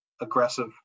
aggressive